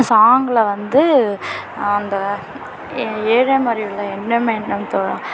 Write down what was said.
சாங்கில் வந்து அந்த ஏழாம் அறிவில் இன்னும் என்ன தோழா